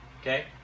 okay